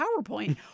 PowerPoint